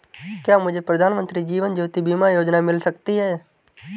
क्या मुझे प्रधानमंत्री जीवन ज्योति बीमा योजना मिल सकती है?